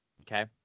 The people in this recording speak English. Okay